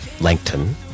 Langton